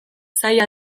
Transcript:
zaila